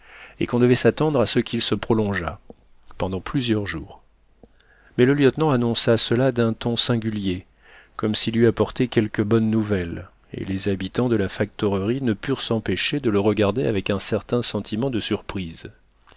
et qu'on devait s'attendre à ce qu'il se prolongeât pendant plusieurs jours mais le lieutenant annonça cela d'un ton singulier comme s'il eût apporté quelque bonne nouvelle et les habitants de la factorerie ne purent s'empêcher de le regarder avec un certain sentiment de surprise